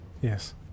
yes